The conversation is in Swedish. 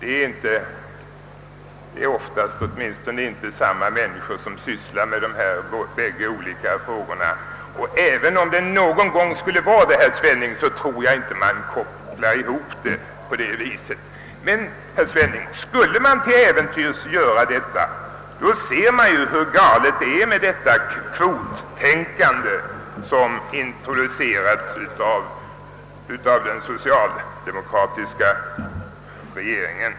Åtminstone oftast är det inte samma människor som sysslar med dessa båda olika frågor, och även om så någon gång skulle vara fallet, herr Svenning, tror jag inte att vederbörande kopplar ihop sakerna på det viset. Skulle man till äventyrs göra det, ser vi ju, herr Svenning, hur galet det är med detta kvottänkande, som har introducerats av den socialdemokratiska regeringen.